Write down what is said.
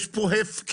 יש פה הפקרות,